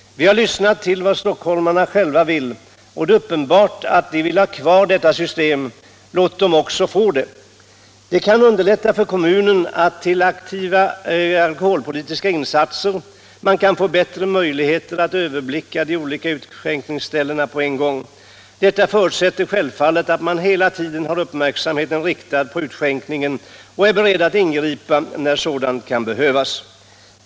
Vi har lyssnat till vad stockholmarna själva vill, och det är uppenbart att de vill ha kvar detta system. Låt dem då också få det. Det kan underlätta för kommunen att göra aktiva alkoholpolitiska insatser. Man kan få bättre möjligheter att överblicka de olika utskänkningsställena på en gång. Detta förutsätter självfallet att man hela tiden har uppmärksamheten riktad på utskänkningen och är beredd att ingripa när det kan behövas.